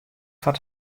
foar